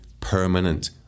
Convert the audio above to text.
permanent